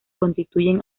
constituyen